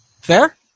Fair